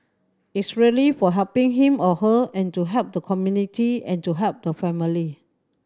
it's really for helping him or her and to help the community and to help the family